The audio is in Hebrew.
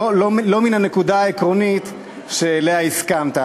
ולא מן הנקודה העקרונית שעליה הסכמת.